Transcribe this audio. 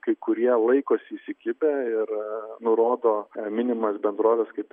kai kurie laikosi įsikibę ir nurodo minimas bendroves kaip